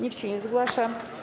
Nikt się nie zgłasza.